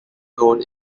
known